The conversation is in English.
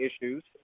issues